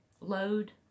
load